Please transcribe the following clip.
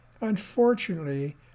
Unfortunately